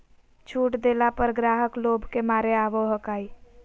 छुट देला पर ग्राहक लोभ के मारे आवो हकाई